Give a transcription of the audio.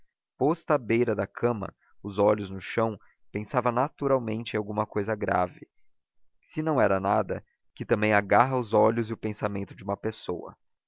posta à beira da cama os olhos no chão pensava naturalmente em alguma cousa grave se não era nada que também agarra os olhos e o pensamento de uma pessoa